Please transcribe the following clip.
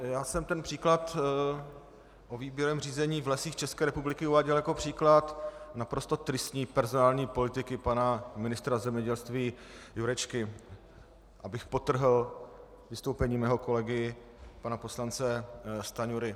Já jsem ten příklad o výběrovém řízení v Lesích České republiky uváděl jako příklad naprosto tristní personální politiky pana ministra zemědělství Jurečky, abych podtrhl vystoupení svého kolegy pana poslance Stanjury.